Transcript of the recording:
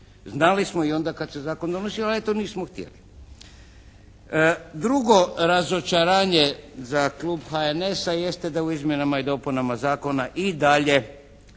Znali smo i onda kad se je zakon donosio, ali to nismo htjeli. Drugo razočaranje za klub HNS-a jeste da u izmjenama i dopunama zakona i dalje